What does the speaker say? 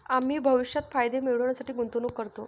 आम्ही भविष्यात फायदे मिळविण्यासाठी गुंतवणूक करतो